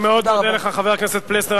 אני מאוד מודה לך, חבר הכנסת פלסנר.